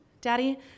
Daddy